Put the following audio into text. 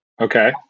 Okay